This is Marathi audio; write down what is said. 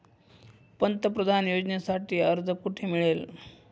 पंतप्रधान योजनेसाठी अर्ज कुठे मिळेल?